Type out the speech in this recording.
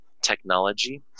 technology